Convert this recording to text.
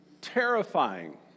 terrifying